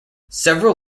several